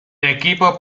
equipo